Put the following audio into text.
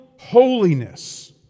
holiness